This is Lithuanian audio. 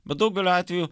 bet daugeliu atvejų